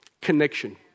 connection